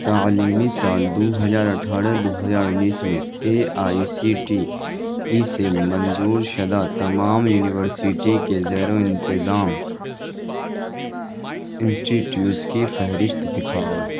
تعلیمی سال دو ہزار اٹھارہ دو ہجار انیس میں A I C T E سے منظور شدہ تمام یونیورسٹی کے زیرو انتظام انسٹیٹیوس کی فہرست دکھاؤ